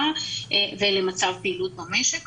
אבל זו אולי אחת הבעיות בכל המשבר שלנו,